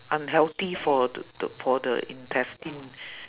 unhealthy for the the for the intestine